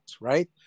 right